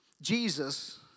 Jesus